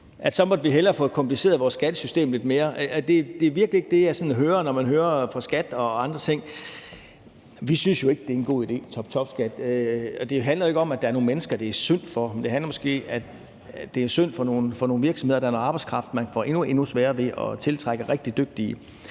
og at vi så hellere må få kompliceret vores skattesystem lidt mere. Det er virkelig ikke det, jeg sådan hører, når man hører fra SKAT og andre steder. Vi synes jo ikke, det er en god idé med toptopskat. Det handler jo ikke om, at der er nogle mennesker, det er synd for, men det handler måske om, at det er synd for nogle virksomheder i forbindelse med noget arbejdskraft, og at man får endnu sværere ved at tiltrække rigtig dygtige